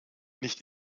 nicht